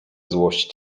złościć